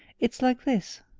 it's like this,